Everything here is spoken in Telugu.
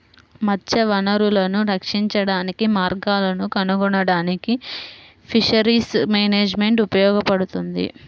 మత్స్య వనరులను రక్షించడానికి మార్గాలను కనుగొనడానికి ఫిషరీస్ మేనేజ్మెంట్ ఉపయోగపడుతుంది